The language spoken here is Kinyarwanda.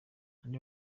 andi